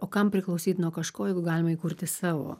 o kam priklausyt nuo kažko jeigu galima įkurti savo